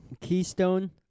Keystone